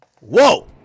Whoa